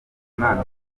impano